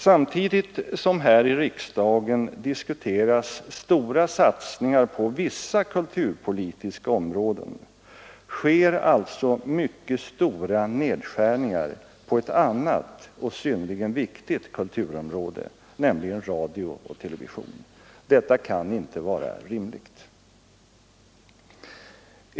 Samtidigt som vi här i riksdagen diskuterar stora satsningar på vissa kulturpolitiska områden sker alltså mycket stora nedskärningar på ett annat och synnerligt viktigt kulturområde, nämligen radio och television. Detta kan inte vara rimligt.